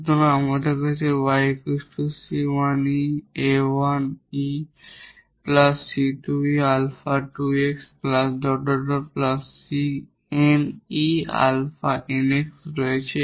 সুতরাং আমাদের কাছে 𝑦 𝑐1𝑒 𝛼1𝑥 𝑐2𝑒 𝛼2𝑥 ⋯ 𝑐𝑛𝑒 𝛼𝑛𝑥 রয়েছে